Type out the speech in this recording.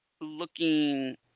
looking